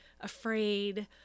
afraid